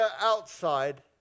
outside